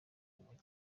umujyi